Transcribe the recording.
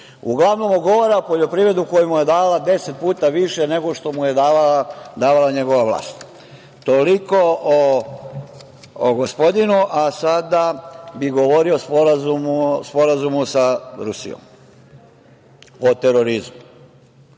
Uglavnom, ogovara poljoprivredu koja mu je dala deset puta više nego što mu je davala njegova vlast. Toliko o gospodinu. Sada bih govorio o Sporazumu sa Rusijom, o terorizmu.